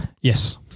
Yes